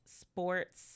sports